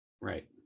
Right